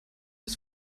ist